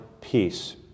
peace